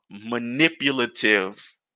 manipulative